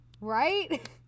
Right